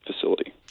facility